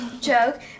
joke